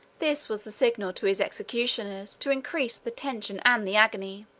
this was the signal to his executioners to increase the tension and the agony.